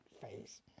face